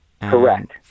Correct